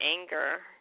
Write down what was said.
anger